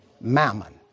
mammon